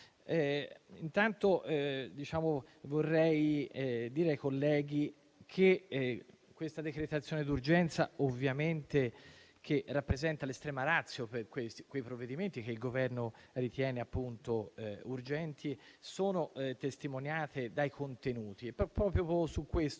intanto vorrei dire ai colleghi che la decretazione d'urgenza, ovviamente, rappresenta l'*extrema ratio* per i provvedimenti che il Governo ritiene urgenti, come è testimoniato dai contenuti.